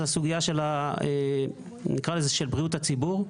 היא הסוגיה של בריאות הציבור.